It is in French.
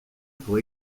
pour